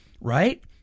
right